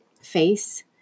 face